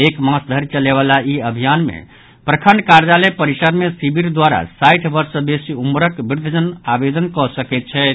एक मास धरि चलय वला ई अभियान मे प्रखंड कार्यालय परिसर मे शिविर द्वारा साठि वर्ष सँ बेसी उम्रक वृद्धजन आवेदन कऽ सकैत छथि